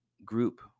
group